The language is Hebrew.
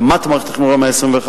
התאמת מערכת החינוך למאה ה-21,